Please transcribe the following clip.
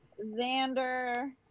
Xander